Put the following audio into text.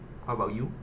how about you